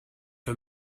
for